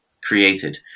created